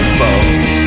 bolts